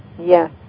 Yes